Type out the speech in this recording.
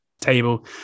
table